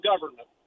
government